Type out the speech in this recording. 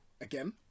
Again